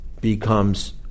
becomes